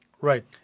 Right